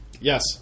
Yes